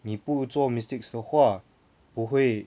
你不做 mistakes 的话不会